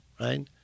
right